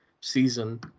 season